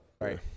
Right